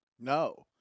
No